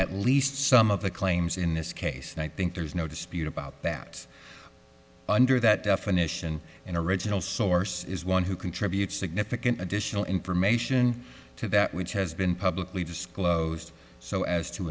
at least some of the claims in this case and i think there's no dispute about that under that definition an original source is one who contributes significant additional information to that which has been publicly